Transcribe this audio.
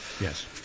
yes